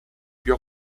più